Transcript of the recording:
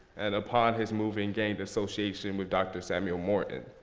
and upon his moving, gained association with dr. samuel morton.